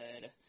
good